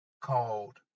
called